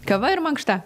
kava ir mankšta